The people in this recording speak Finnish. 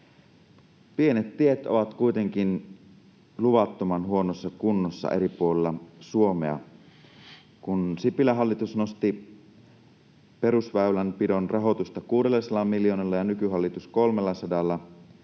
Pienet tiet ovat kuitenkin luvattoman huonossa kunnossa eri puolilla Suomea. Kun Sipilän hallitus nosti perusväylänpidon rahoitusta 600 miljoonalla ja nykyhallitus 300:lla